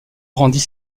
rendit